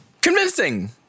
Convincing